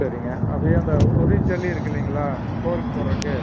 சரிங்க அப்படியே அந்த ஒரு இன்ச் ஜல்லி இருக்குது இல்லைங்களா ஃப்ளோருக்கு போடுறதுக்கு